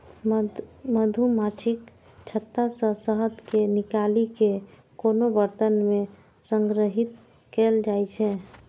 मछुमाछीक छत्ता सं शहद कें निकालि कें कोनो बरतन मे संग्रहीत कैल जाइ छै